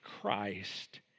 Christ